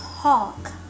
talk